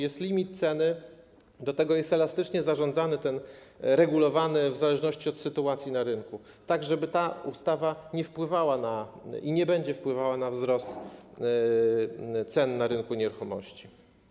Jest limit ceny, do tego jest elastycznie zarządzany, regulowany, w zależności od sytuacji na rynku, tak żeby ta ustawa nie wpływała, i nie będzie wpływała, na wzrost cen na rynku nieruchomości.